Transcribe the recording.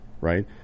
right